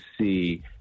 see